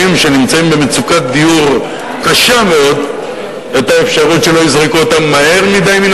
שנמצאים במצוקת דיור קשה מאוד את האפשרות שלא יזרקו אותם מהר מדי מן